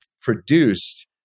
produced